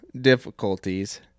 difficulties